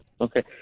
Okay